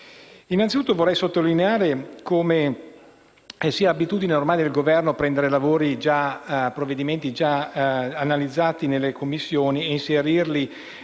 Innanzitutto, vorrei sottolineare come sia abitudine ormai del Governo prendere provvedimenti già esaminati nelle Commissioni ed inserirli